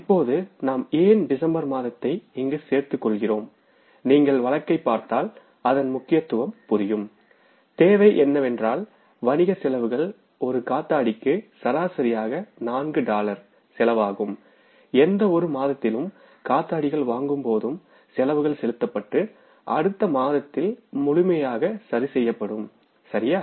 இப்போது நாம் ஏன் டிசம்பர் மாதத்தை இங்கு சேர்த்துக் கொள்கிறோம் நீங்கள் வழக்கை பார்த்தால் அதன் முக்கியத்துவம் புரியும் தேவை என்னவென்றால் வணிகச் செலவுகள் ஒரு காத்தாடிக்கு சராசரியாக 4 டாலர் செலவாகும் எந்தவொரு மாதத்திலும் காத்தடிகள் வாங்கும் போதும் செலவுகள் செலுத்தப்பட்டு அடுத்த மாதத்தில் முழுமையாக சரிசெய்யப்படும் சரியா